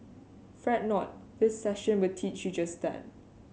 fret not this session will teach you just that